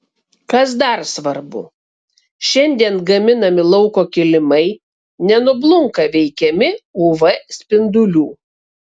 kas dar svarbu šiandien gaminami lauko kilimai nenublunka veikiami uv spindulių